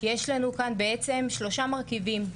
יש שלושה מרכיבים.